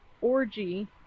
orgy